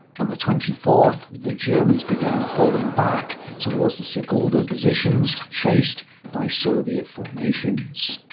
on the twenty fourth, the germans began falling back towards the sigulda positions, chased by soviet formations.